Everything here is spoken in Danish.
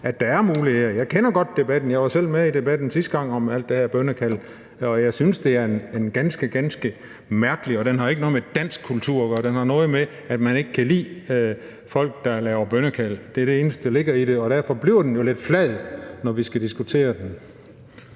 at der er muligheder. Jeg kender godt debatten. Jeg var selv med i debatten sidste gang om alt det her bønnekald, og jeg synes, at det er en ganske, ganske mærkelig debat, og den har ikke noget med dansk kultur at gøre. Den har noget at gøre med, at man ikke kan lide folk, der laver bønnekald. Det er det eneste, der ligger i det, og derfor bliver den jo lidt flad, når vi skal diskutere den.